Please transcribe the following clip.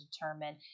determine